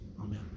Amen